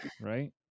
Right